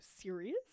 serious